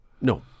No